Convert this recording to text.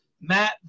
Matt